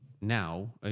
now